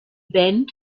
band